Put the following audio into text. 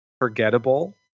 forgettable